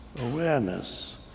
awareness